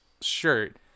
shirt